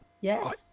yes